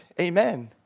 amen